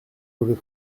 mauvais